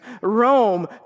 Rome